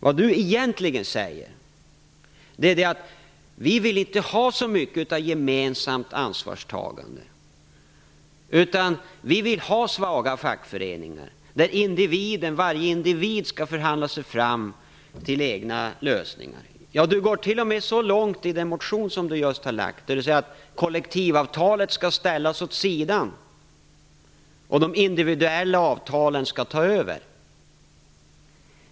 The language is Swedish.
Vad Per Unckel egentligen säger är att han inte vill ha så mycket av gemensamt ansvarstagande. Han vill ha svaga fackföreningar där varje individ skall förhandla sig fram till egna lösningar. Han går t.o.m. så långt i den motion som han just har lagt fram att han skriver att kollektivavtalet skall ställas åt sidan och de individuella avtalen ta över.